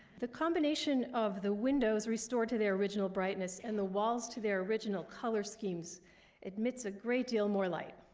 the combination of the windows restored to their original brightness and the walls to their original color schemes admits a great deal more light.